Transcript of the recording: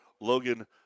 Logan